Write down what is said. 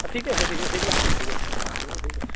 অঁ ঠিকেই আছে ঠিকেই আছে সেইবিলাক চব ঠিকে আছে সেইবিলাক ঠিক আছে